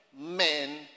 men